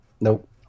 Nope